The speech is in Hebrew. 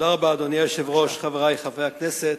אדוני היושב-ראש, תודה רבה, חברי חברי הכנסת,